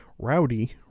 Rowdy